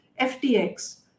FTX